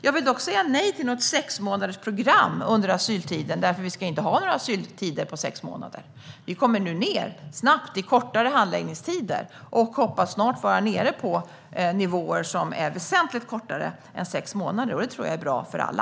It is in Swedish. Jag säger dock nej till ett sexmånadersprogram under asyltiden, för vi ska inte ha några asyltider på sex månader. Vi kommer nu snabbt ned i kortare handläggningstider och hoppas snart vara nere på nivåer som är väsentligt lägre än sex månader. Det är bra för alla.